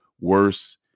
worse